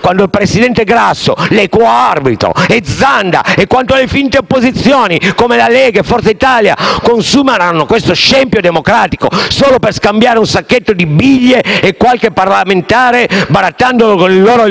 Quando il Presidente Grasso (l'equo arbitro), Zanda e le finte opposizioni come Lega Nord e Forza Italia consumeranno questo scempio democratico solo per scambiare un sacchetto di biglie e qualche parlamentare, barattandolo con il loro